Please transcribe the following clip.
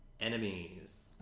enemies